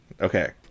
Okay